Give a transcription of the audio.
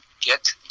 get